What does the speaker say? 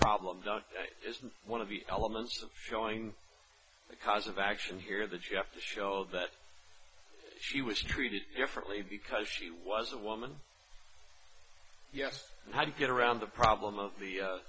problem not just one of the elements of showing the cause of action here that you have to show that she was treated differently because she was a woman yes how to get around the problem of the